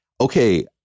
Okay